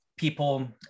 People